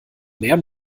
mehr